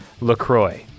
LaCroix